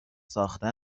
ساخته